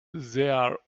there